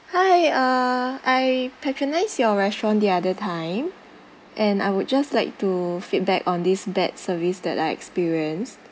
hi uh I patronised your restaurant the other time and I would just like to feedback on this bad service that I experience